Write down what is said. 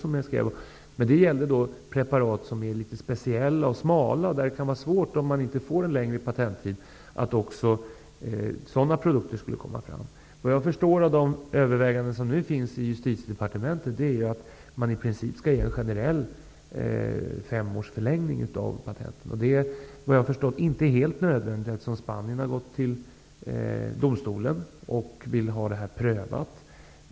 Det gällde då att också preparat som är litet speciella och som kan vara svåra att utveckla om man inte får en längre patenttid skulle komma fram. Jag förstår av de överväganden som nu görs i Justitiedepartementet att man i princip generellt skall ge fem års förlängning av patenten. Det är såvitt jag förstår inte helt nödvändigt, eftersom Spanien har gått till domstol och vill få detta prövat.